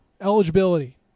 Eligibility